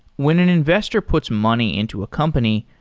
when an investor puts money into a company,